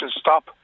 stop